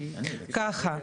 ככה,